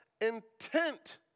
intent